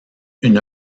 une